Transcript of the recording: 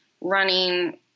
running –